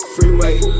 Freeway